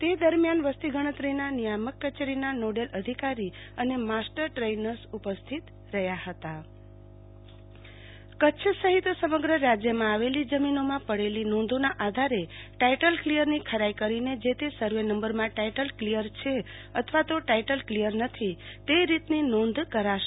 તે દરમ્યાન વસ્તી ગણતરીના નિયામક કચેરીના નોડલ અધિકારી અને માસ્ટર દ્રેઈનર્સ ઉપસ્થિત રહ્યા હતા આરતીબેન Bhatt title clear project Kutch સહિત સમગ્ર રાજયમાં આવેલી જમીનોમાં પડેલી નોંધોના આધારે ટાઈટલ કલીયરની ખરાઈ કરીને જે તે સર્વે નંબરમાં ટાઈટલ કલીઅર છે અથવા ટાઈટલ કલીયર નથી તે રીતની નોંધ કરાશે